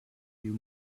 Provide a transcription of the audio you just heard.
you